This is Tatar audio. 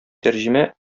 тәрҗемә